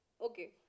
okay